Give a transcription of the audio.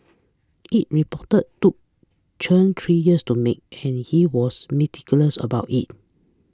it report took Chen three years to make and he was meticulous about it